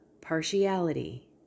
partiality